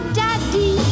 daddy